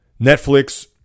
Netflix